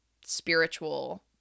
spiritual